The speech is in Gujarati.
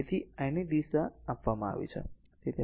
તેથી I ની દિશા આપવામાં આવી છે